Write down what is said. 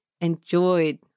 enjoyed